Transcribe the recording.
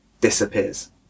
disappears